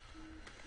מקום.